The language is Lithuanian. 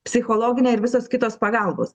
psichologinė ir visos kitos pagalbos